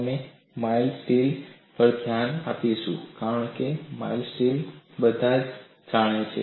અમે mild steel પર ધ્યાન આપીશું કારણ કે માઈલ્ડ સ્ટીલ બધા જાણે છે